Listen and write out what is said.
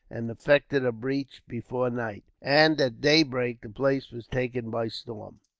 and effected a breach before night, and at daybreak the place was taken by storm.